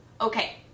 Okay